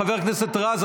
חבר הכנסת רז,